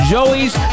Joey's